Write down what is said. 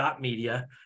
Media